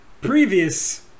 previous